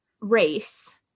race